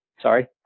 Sorry